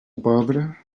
pobra